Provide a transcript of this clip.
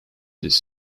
this